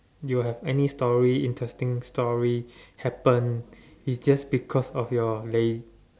you have any story interesting story happen is just because of your laze